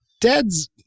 dad's